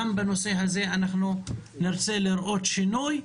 גם בנושא הזה אנחנו נרצה לראות שינוי.